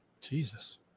Jesus